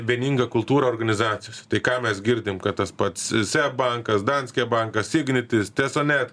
vieningą kultūrą organizacijose tai ką mes girdim kad tas pats seb bankas danske bankas ignitis tesanet